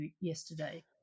yesterday